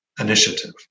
initiative